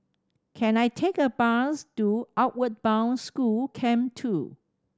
can I take a bus to Outward Bound School Camp Two